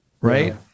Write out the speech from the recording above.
right